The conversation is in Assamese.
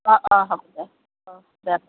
অঁ অঁ হ'ব দে অঁ দে